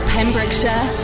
Pembrokeshire